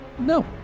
No